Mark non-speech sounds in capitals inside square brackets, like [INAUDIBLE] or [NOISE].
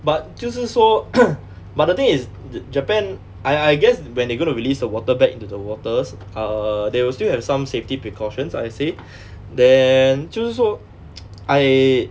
but 就是说 [NOISE] but the thing is japan I I guess when they gonna release the water back into the waters err they will still have some safety precautions I'd say then 就是说 [NOISE] I